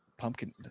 pumpkin